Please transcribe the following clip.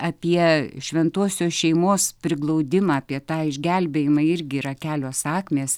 apie šventosios šeimos priglaudimą apie tą išgelbėjimą irgi yra kelios sakmės